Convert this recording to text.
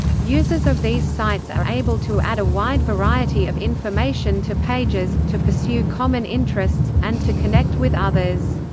users of these sites are able to add a wide variety of information to pages, to pursue common interests, and to connect with others.